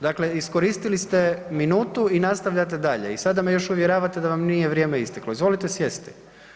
Dakle, iskoristili ste minutu i nastavljate dalje i sada me još uvjeravate da vam nije vrijeme isteklo, izvolite sjesti.